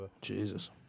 Jesus